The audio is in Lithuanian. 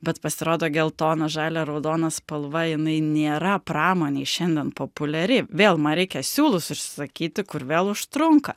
bet pasirodo geltoną žalią raudoną spalva jinai nėra pramonėj šiandien populiari vėl man reikia siūlus užsisakyti kur vėl užtrunka